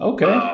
Okay